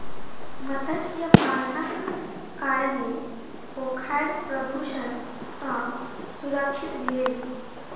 मत्स्य पालनक कारणेँ पोखैर प्रदुषण सॅ सुरक्षित भेल